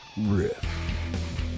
riff